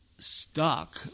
stuck